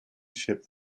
ship